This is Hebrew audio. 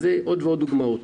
יש עוד ועוד דוגמאות.